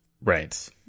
right